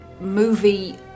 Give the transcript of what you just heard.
movie